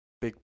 big